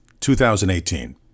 2018